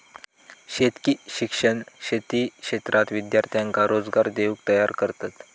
शेतकी शिक्षण शेती क्षेत्रात विद्यार्थ्यांका रोजगार देऊक तयार करतत